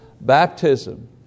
baptism